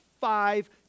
five